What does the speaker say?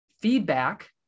feedback